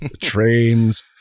Trains